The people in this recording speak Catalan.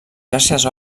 xarxes